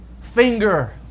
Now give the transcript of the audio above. finger